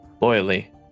loyally